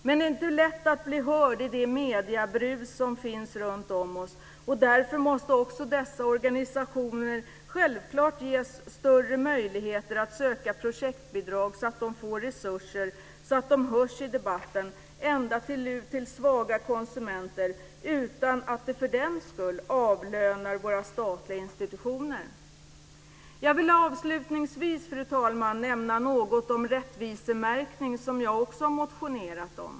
Men det är inte lätt att bli hörd i det mediebrus som finns runtom oss. Dessa organisationer måste självklart ges större möjligheter att söka projektbidrag, så att de får resurser att göra sig hörda i debatten ända ut till svaga konsumenter, detta utan att vi för den skull avlövar våra statliga institutioner. Jag vill avslutningsvis, fru talman, nämna något om den rättvisemärkning som jag också har motionerat om.